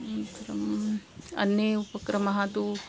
अनन्तरम् अन्ये उपक्रमः तु